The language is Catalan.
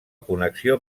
connexió